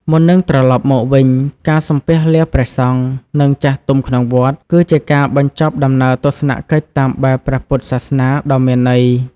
មុននឹងត្រលប់មកវិញ ការសំពះលាព្រះអង្គ និងចាស់ទុំក្នុងវត្ត គឺជាការបញ្ចប់ដំណើរទស្សនកិច្ចតាមបែបពុទ្ធសាសនាដ៏មានន័យ។